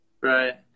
Right